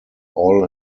all